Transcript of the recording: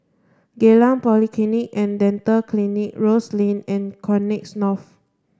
Geylang Polyclinic and Dental Clinic Rose Lane and Connexis North